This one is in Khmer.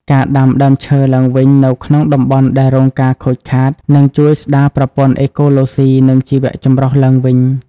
ការដាំដើមឈើឡើងវិញនៅក្នុងតំបន់ដែលរងការខូចខាតនឹងជួយស្តារប្រព័ន្ធអេកូឡូស៊ី និងជីវចម្រុះឡើងវិញ។